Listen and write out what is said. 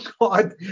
God